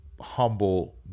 humble